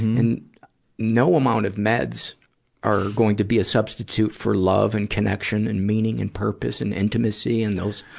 and you know amount of meds are going to be a substitute for love and connection and meaning and purpose and intimacy and those,